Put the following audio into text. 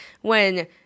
when-